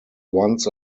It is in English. once